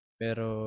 pero